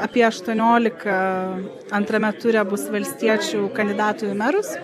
apie aštuoniolika antrame ture bus valstiečių kandidatų į merus